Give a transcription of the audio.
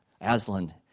Aslan